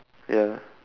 ya